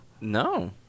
No